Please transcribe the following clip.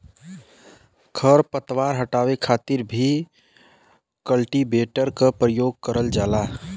खर पतवार हटावे खातिर भी कल्टीवेटर क परियोग करल जाला